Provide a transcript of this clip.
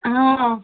ও